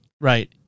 right